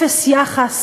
אפס יחס